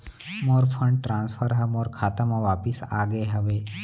मोर fund transfer हा मोर खाता मा वापिस आ गे हवे